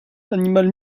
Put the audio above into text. animal